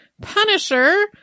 punisher